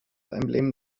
emblem